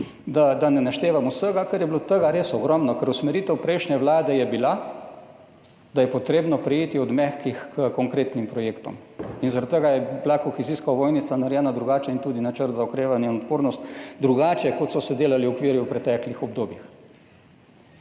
da ne naštevam vsega, ker je bilo tega res ogromno, ker je bila usmeritev prejšnje vlade, da je treba preiti od mehkih h konkretnim projektom in zaradi tega je bila kohezijska ovojnica narejena drugače in drugače tudi Načrt za okrevanje in odpornost, kot so se delali okviri v preteklih obdobjih.